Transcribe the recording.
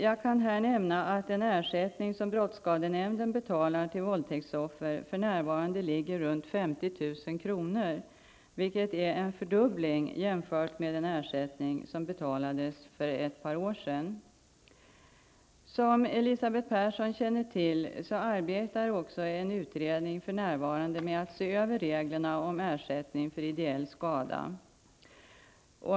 Jag kan nämna att den ersättning som brottsskadenämnden betalar till våldtäktsoffer för närvarande ligger runt 50 000 kr., vilket är en fördubbling jämfört med den ersättning som betalades för ett par år sedan. Som Elisabeth Persson känner till arbetar också en utredning för närvarande med att se över reglerna om ersättning för ideell skada.